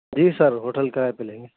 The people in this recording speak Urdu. جی سر ہوٹل کرایے پہ لیں گے